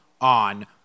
on